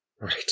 right